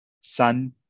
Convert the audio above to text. sun